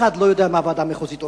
אחד לא יודע מה הוועדה המחוזית עושה,